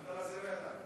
עבדאללה, את זה לא ידענו.